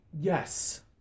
Yes